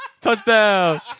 touchdown